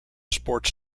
sports